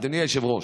אדוני היושב-ראש,